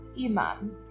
imam